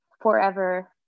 forever